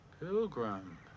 Pilgrim